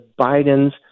biden's